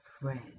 friend